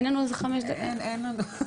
בבקשה נתנאל, תודה שבאת.